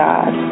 God